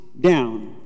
down